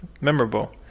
memorable